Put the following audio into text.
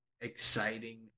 exciting